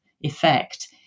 effect